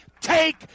take